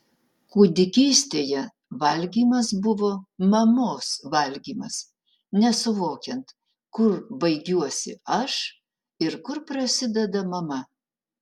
kūdikystėje valgymas buvo mamos valgymas nesuvokiant kur baigiuosi aš ir kur prasideda mama